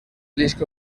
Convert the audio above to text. disco